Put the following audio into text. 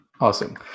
Awesome